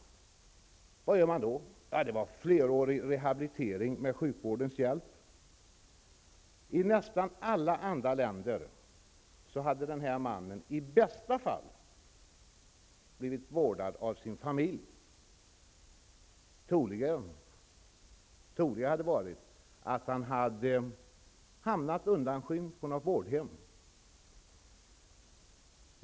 Vad gör man då? Jo, det blev flerårig rehabilitering med sjukvårdens hjälp. I nästan alla andra länder hade den här mannen i bästa fall blivit vårdad av sin familj. Det troliga hade varit att han hade hamnat undanskymd på något vårdhem.